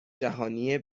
جهانی